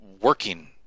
working